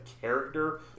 character